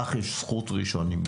לך יש זכות ראשונים.